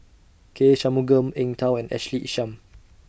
K Shanmugam Eng Tow and Ashley Isham